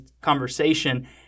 conversation